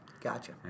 Gotcha